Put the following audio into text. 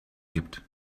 gibt